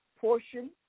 portion